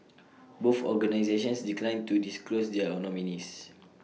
both organisations declined to disclose their nominees